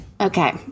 Okay